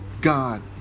God